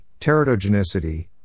teratogenicity